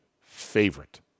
favorite